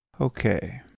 Okay